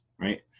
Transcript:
right